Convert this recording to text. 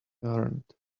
earned